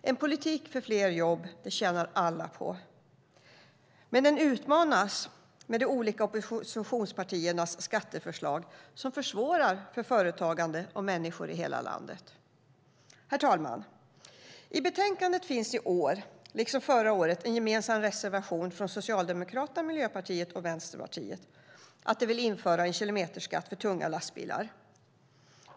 En politik för fler jobb tjänar alla på. Men den utmanas av de olika oppositionspartiernas skatteförslag som försvårar för företagande och människor i hela landet. Herr talman! I betänkandet finns i år, liksom förra året, en gemensam reservation från Socialdemokraterna, Miljöpartiet och Vänsterpartiet om att de vill införa en kilometerskatt för tunga lastbilar.